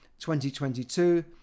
2022